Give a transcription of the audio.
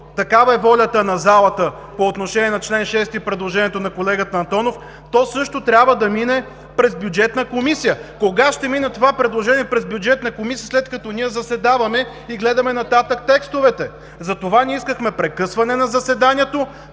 такава е волята на залата по отношение на чл. 6, предложението на колегата Антонов, също трябва да мине през Бюджетна комисия? Кога ще мине това предложение през Бюджетната комисия, след като ние заседаваме и гледаме нататък текстовете? Затова ние искахме прекъсване на заседанието.